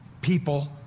people